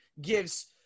gives